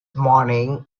morning